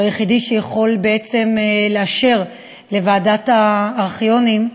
שהוא היחיד שיכול בעצם לאשר לוועדת הארכיונים,